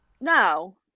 No